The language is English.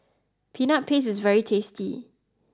Peanut Paste is very tasty